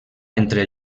entre